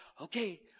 okay